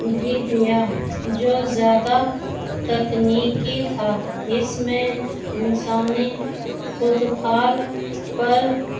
بھی دیا جو زیادہ تکنیکی تھا اس میں انسانی خود خال پر